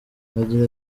agira